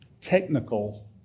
technical